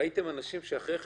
האם ראיתם אנשים שאחרי כן